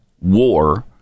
war